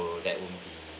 so that will